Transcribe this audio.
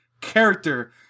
character